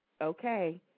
okay